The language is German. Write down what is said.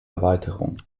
erweiterung